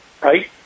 right